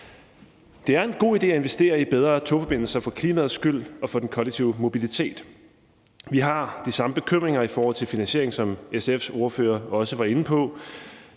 Det er en god idé at investere i bedre togforbindelser for klimaets skyld og for den kollektive mobilitet. Vi har de samme bekymringer i forhold til finansiering, som SF's ordfører også var inde på,